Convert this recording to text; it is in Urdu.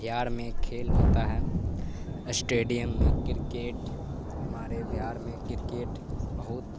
بہار میں کھیل ہوتا ہے اسٹیڈیم میں کرکٹ ہمارے بہار میں کرکٹ بہت